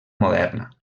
moderna